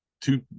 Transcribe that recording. two